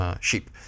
sheep